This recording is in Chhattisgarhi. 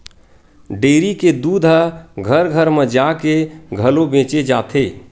डेयरी के दूद ह घर घर म जाके घलो बेचे जाथे